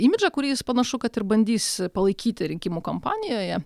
imidžą kurį jis panašu kad ir bandys palaikyti rinkimų kampanijoje